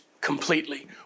completely